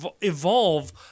evolve